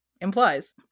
implies